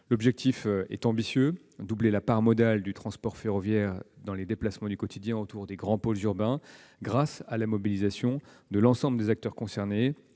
L'objectif est ambitieux : doubler la part modale du transport ferroviaire dans les déplacements du quotidien autour des grands pôles urbains, grâce à la mobilisation de l'ensemble des acteurs concernés,